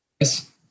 Yes